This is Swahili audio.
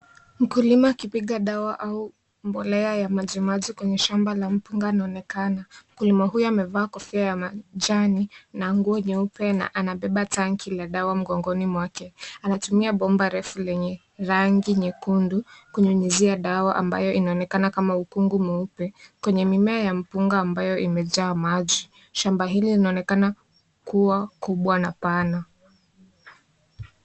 Mkulima akipiga dawa au akipiga mbolea ya maji kwenye shamba la mpunga anaonekana. Mpunga huyu amevaa kofia ya majani na nguo nyeupe na anabeba tanki la dawa mgongoni mwake. Anatumia bomba refu lenye rangi nyekundu kunyunyizia dawa ambayo inaonekana kama ukunga mweupe. Kwenye mimea ya mkunga ambao umejaa maji. Shamba hili linaonekana kuwa kubwa na pana.